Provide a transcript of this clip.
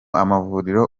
amavuriro